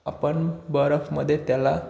आपण बर्फमध्ये त्याला